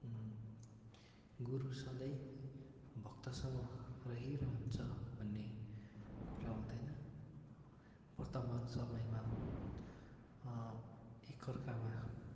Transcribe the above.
गुरु सधैँ भक्तसँग रहिरहन्छ भन्ने कुरा हुँदैन वर्तमान समयमा एक अर्कामा